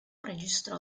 registrò